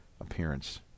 appearance